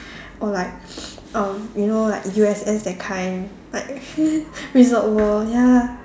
or like um you know like U_S_S that kind like Resort World ya